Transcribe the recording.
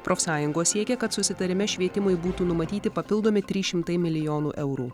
profsąjungos siekia kad susitarime švietimui būtų numatyti papildomi trys šimtai milijonų eurų